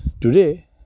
today